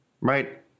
right